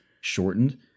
shortened